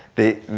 the,